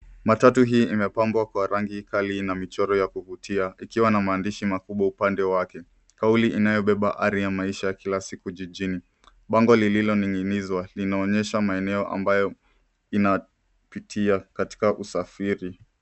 Matatu hii imepambwa kwa rangi kali na michoro ya kuvutia ikiwa na maandishi makubwa upande wake; kauli inayobeba ari ya maisha ya kila siku jijini. Bango lililoning'inizwa linaonyesha maeneo ambayo inapitia katika usafiri.